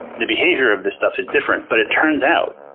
the behavior of this stuff is different, but it turns out,